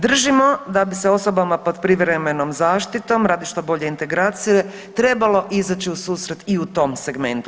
Držimo da bi se osobama pod privremenom zaštitom radi što bolje integracije trebalo izaći u susret i u tom segmentu.